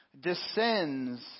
descends